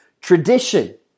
tradition